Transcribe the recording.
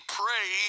pray